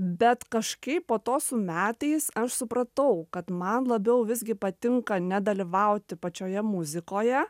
bet kažkaip po to su metais aš supratau kad man labiau visgi patinka ne dalyvauti pačioje muzikoje